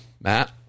Matt